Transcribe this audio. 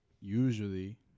usually